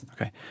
Okay